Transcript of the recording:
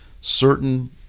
certain